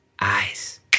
eyes